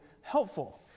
helpful